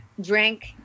drink